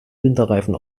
winterreifen